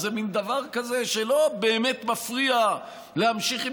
איזה מין דבר כזה שלא באמת מפריע להמשיך עם